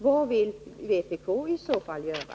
Vad vill vpk i annat fall göra?